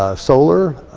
ah solar,